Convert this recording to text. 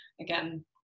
again